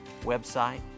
website